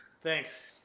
Thanks